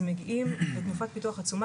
אז מגיעים בתנופת פיתוח עצומה,